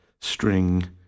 string